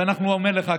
ואני אומר לך,